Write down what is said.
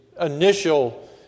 initial